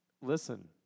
listen